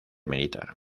militar